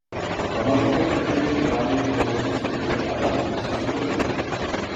panašu kad čekai į aikštelę išbėgo nusiteikę tą karūną susigrąžinti